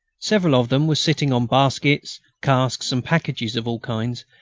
several of them were sitting on baskets, casks and packages of all kinds,